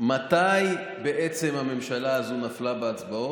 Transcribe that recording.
מתי בעצם הממשלה הזאת נפלה בהצבעות?